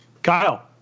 Kyle